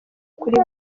kuri